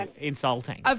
insulting